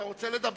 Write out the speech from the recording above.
אתה רוצה לדבר,